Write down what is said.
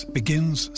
begins